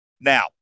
Now